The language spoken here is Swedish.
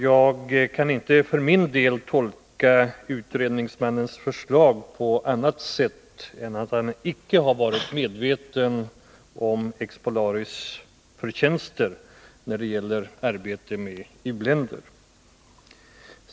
Jag kan för min del inte tolka utredningsmannens förslag på annat sätt än att han icke har varit medveten om Expolaris förtjänster när det gäller arbete med u-länder.